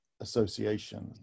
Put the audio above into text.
association